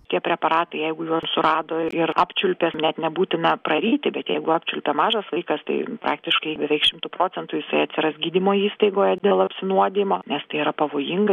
tie preparatai jeigu juos surado ir ir apčiulpė ir net nebūtina praryti bet jeigu apčiulpia mažas vaikas tai praktiškai beveik šimtu procentų jisai atsiras gydymo įstaigoje dėl apsinuodijimo nes tai yra pavojinga